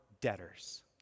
debtors